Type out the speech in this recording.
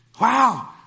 wow